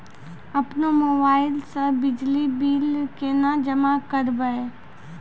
अपनो मोबाइल से बिजली बिल केना जमा करभै?